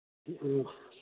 ꯎꯝ